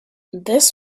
this